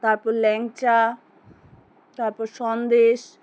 তারপর ল্যাংচা তারপর সন্দেশ